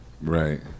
right